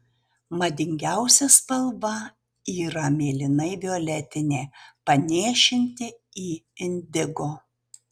madingiausia spalva yra mėlynai violetinė panėšinti į indigo